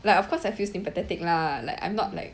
like of course I feel sympathetic lah like I'm not like